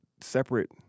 separate